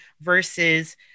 versus